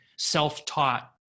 self-taught